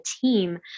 team